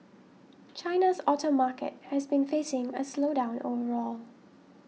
China's auto market has been facing a slowdown overall